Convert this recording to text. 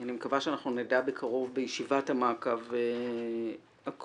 אני מקווה שנדע בקרוב, בישיבת המעקב הקרובה.